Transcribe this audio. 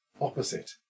opposite